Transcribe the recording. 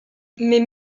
mais